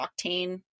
octane